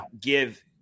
give